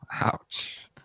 Ouch